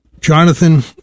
Jonathan